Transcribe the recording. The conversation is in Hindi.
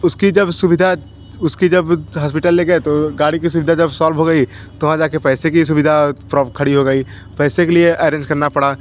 उसकी जब सुविधा उसकी जब हस्पिटल ले गए तो गाड़ी की सुविधा जब सौल्भ हो गई तो वहाँ जा के पैसे कि सुविधा प्रॉब खड़ी हो गई पैसे के लिए ऐरेन्ज करना पड़ा